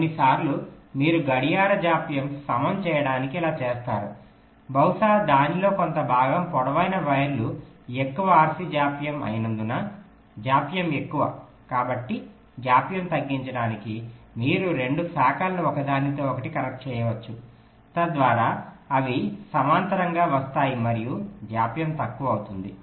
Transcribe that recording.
కొన్నిసార్లు మీరు గడియారం జాప్యం సమం చేయడానికి ఇలా చేస్తారు బహుశా దానిలో కొంత భాగం పొడవైన వైర్లు ఎక్కువ RC జాప్యం అయినందున జాప్యం ఎక్కువ కాబట్టి జాప్యం తగ్గించడానికి మీరు 2 శాఖలను ఒకదానితో ఒకటి కనెక్ట్ చేయవచ్చు తద్వారా అవి సమనంతరంగా వస్తాయి మరియు జాప్యం తక్కువ అవుతుంది